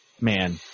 man